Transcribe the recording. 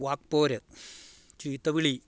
വാക്പ്പോര് ചീത്തവിളി